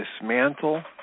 dismantle